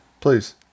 Please